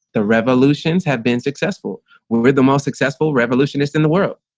the revolutions have been successful, we were the most successful revolutionists in the world,